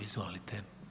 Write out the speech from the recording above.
Izvolite.